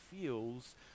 feels